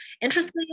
Interesting